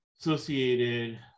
associated